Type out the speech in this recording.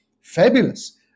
fabulous